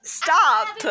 stop